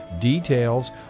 Details